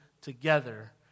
together